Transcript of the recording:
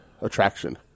attraction